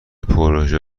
پروژه